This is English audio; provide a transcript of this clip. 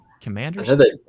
Commanders